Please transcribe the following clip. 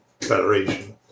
Federation